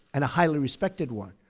and a highly respected one.